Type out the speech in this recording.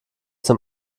zum